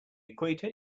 equator